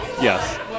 Yes